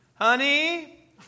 Honey